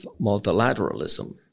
multilateralism